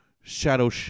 Shadow